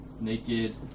naked